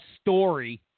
story